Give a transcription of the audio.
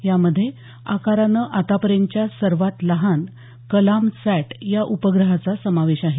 यामध्ये आकारानं आतापर्यंतच्या सर्वात लहान कलामसॅट या उपग्रहाचा समावेश आहे